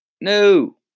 No